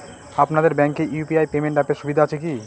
আপনাদের ব্যাঙ্কে UPI payment অ্যাপের সুবিধা আছে কি?